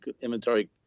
inventory